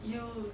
you